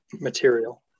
material